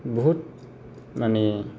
बुहुथ माने